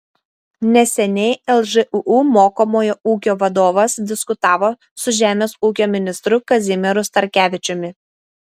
neseniai lžūu mokomojo ūkio vadovas diskutavo su žemės ūkio ministru kazimieru starkevičiumi